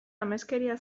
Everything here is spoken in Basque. ameskeria